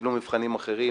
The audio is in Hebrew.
קיבלו מבחנים אחרים